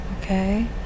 Okay